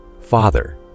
Father